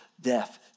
death